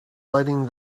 letting